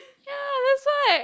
ya that's why